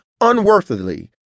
unworthily